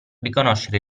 riconoscere